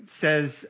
says